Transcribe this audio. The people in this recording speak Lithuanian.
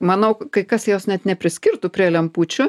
manau kai kas jos net nepriskirtų prie lempučių